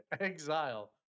Exile